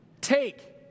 take